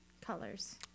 colors